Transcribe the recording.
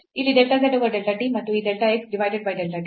ಇಲ್ಲಿ delta z over delta t ಮತ್ತು ಈ delta x divided by delta t